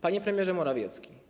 Panie Premierze Morawiecki!